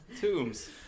Tombs